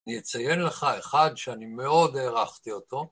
אני אציין לך אחד שאני מאוד הערכתי אותו.